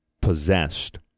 possessed